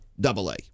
double-A